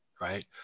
right